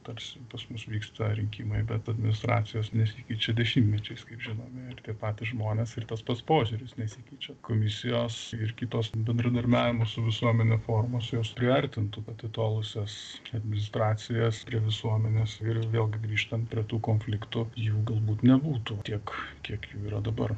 tarsi pas mus vyksta rinkimai bet administracijos nesikeičia dešimtmečiais kaip žinome ir tie patys žmonės ir tas pats požiūris nesikeičia komisijos ir kitos bendradarbiavimo su visuomene formos jos priartintų atitolusias administracijas prie visuomenės ir vėlgi grįžtant prie tų konfliktų jų galbūt nebūtų tiek kiek jų yra dabar